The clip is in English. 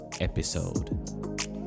episode